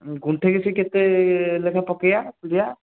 ଗୁଁଠେକେ ସେ କେତେ ଲେଖାଁ ପକେଇବା ପିଡ଼ିଆ